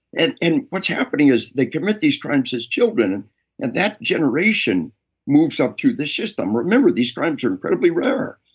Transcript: and and what's happening is they commit these crimes as children and that generation moves up through the system. remember, these crimes are incredibly rare.